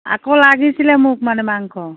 আকৌ লাগিছিলে মানে মোক মাংস